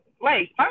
Wait